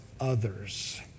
others